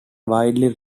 widely